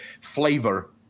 flavor